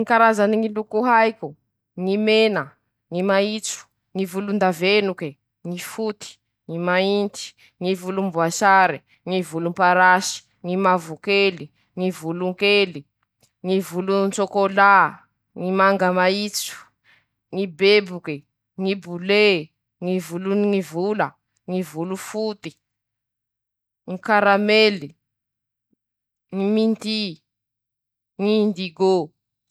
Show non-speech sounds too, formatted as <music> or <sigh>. Ndreto aby ñy karazany ñy biby haiko :-ñy bibilava. -ñy môskitô.-ñy terimity. -ñy tantely.-ñy lalitsy.-ñy moky.-ñy vitiky. -ñy kadradraky. -ñy neno. -ñy lalimanga. <shushes>